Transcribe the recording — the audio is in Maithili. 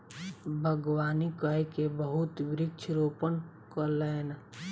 बागवानी कय के बहुत वृक्ष रोपण कयलैन